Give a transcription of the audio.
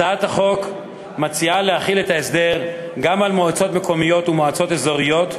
הצעת החוק מציעה להחיל את ההסדר גם על מועצות מקומיות ומועצות אזוריות,